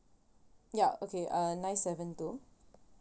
ya okay uh nine seven two